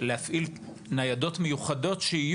להפעיל ניידות מיוחדות שיהיו,